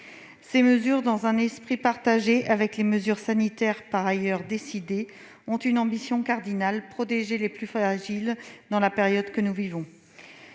Ces mesures, dans un esprit partagé avec les mesures sanitaires décidées par ailleurs, ont une ambition cardinale : protéger les plus fragiles dans la période que nous vivons.